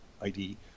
ID